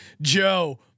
Joe